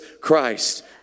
Christ